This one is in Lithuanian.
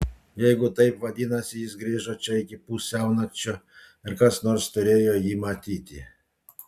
jeigu taip vadinasi jis grįžo čia iki pusiaunakčio ir kas nors turėjo jį matyti